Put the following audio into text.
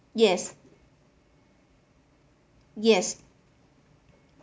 yes yes